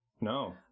No